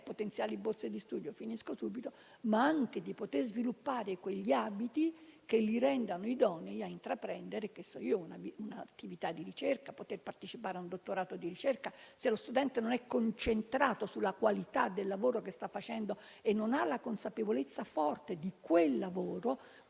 potenziali borse di studio, ma anche di sviluppare quegli ambiti che li rendano idonei a intraprendere un'attività di ricerca o a partecipare a un dottorato di ricerca. Se lo studente non è concentrato sulla qualità del lavoro che sta svolgendo e non ha la consapevolezza forte di quel lavoro,